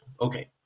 Okay